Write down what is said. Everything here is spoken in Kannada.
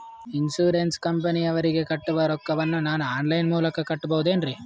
ಇನ್ಸೂರೆನ್ಸ್ ಕಂಪನಿಯವರಿಗೆ ಕಟ್ಟುವ ರೊಕ್ಕ ವನ್ನು ನಾನು ಆನ್ ಲೈನ್ ಮೂಲಕ ಕಟ್ಟಬಹುದೇನ್ರಿ?